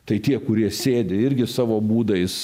tai tie kurie sėdi irgi savo būdais